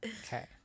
Okay